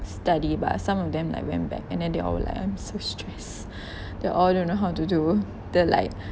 study but some of them like went back and then they all like I'm so stressed they all don't know how to do they're like